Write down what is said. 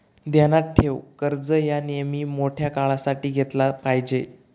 ध्यानात ठेव, कर्ज ह्या नेयमी मोठ्या काळासाठी घेतला पायजे